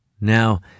Now